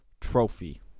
trophy